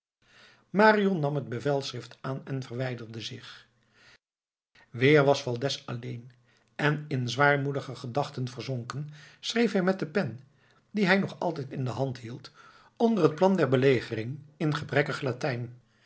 marion nam het bevelschrift aan en verwijderde zich weer was valdez alleen en in zwaarmoedige gedachten verzonken schreef hij met de pen die hij nog altijd in de hand hield onder het plan der belegering in gebrekkig latijn